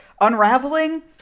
unraveling